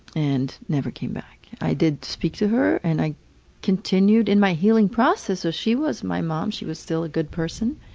and never came back. i did speak to her and i continued in my healing process. so she was my mom, she was still a good person.